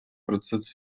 процесс